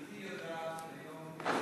גברתי יודעת שהיום יש המון